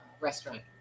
restaurant